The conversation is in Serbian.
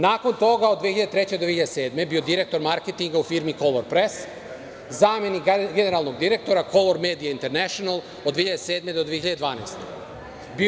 Nakon toga od 2003. do 2007. godine bio je direktor marketinga u firmi „Color press“, zamenik generalnog direktora „Color media international“ od 2007. do 2012. godine.